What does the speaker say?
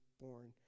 born